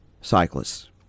cyclists